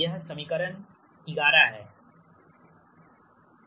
IRcos RXsin R VR 100 यह समीकरण 11 है